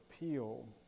appeal